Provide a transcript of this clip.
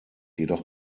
jedoch